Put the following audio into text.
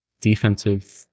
defensive